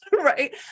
right